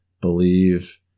believe